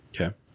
Okay